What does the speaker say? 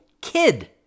kid